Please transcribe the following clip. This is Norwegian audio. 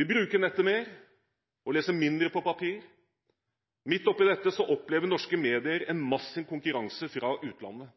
Vi bruker nettet mer og leser mindre på papir. Midt oppe i dette opplever norske medier en massiv konkurranse fra utlandet.